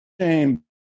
shame